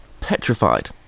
petrified